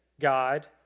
God